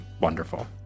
wonderful